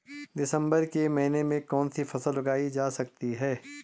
दिसम्बर के महीने में कौन सी फसल उगाई जा सकती है?